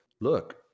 look